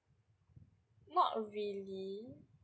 not really